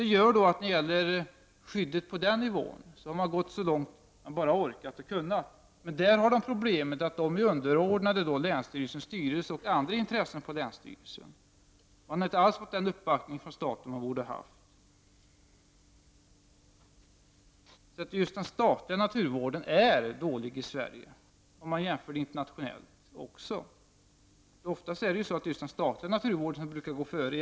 Det gör att man när det gäller skyddet på den nivån har gått så långt som man bara orkat och kunnat. Men där har man problemet att man är underordnad länsstyrelsens styrelse och andra intressen på länsstyrelsen. Man har inte alls fått den uppbackning från staten som man borde ha fått. Just den statliga naturvården är därför dålig i Sverige — också om man jämför internationellt. I andra länder är det ju ofta så att den statliga naturvården går före.